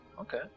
Okay